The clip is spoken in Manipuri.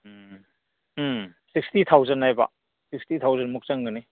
ꯎꯝ ꯎꯝ ꯁꯤꯛꯁꯇꯤ ꯊꯥꯎꯖꯟ ꯍꯥꯏꯕ ꯁꯤꯛꯁꯇꯤ ꯊꯥꯎꯖꯟꯃꯨꯛ ꯆꯪꯒꯅꯤ